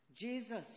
Jesus